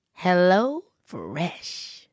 HelloFresh